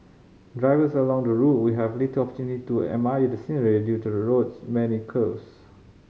drivers along the route will have little opportunity to admire the scenery due to the road's many curves